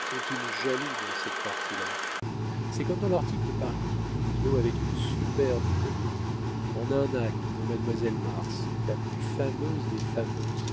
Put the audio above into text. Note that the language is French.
sont-ils jaloux dans cette partie là c'est comme dans l'article paris finot avait une superbe comédie en un acte pour mademoiselle mars la plus fameuse des fameuses